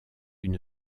une